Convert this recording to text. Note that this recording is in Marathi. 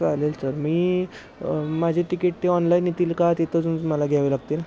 चालेल सर मी माझे तिकीट ते ऑनलाईन येतील का तिथं जाऊन मला घ्यावे लागतील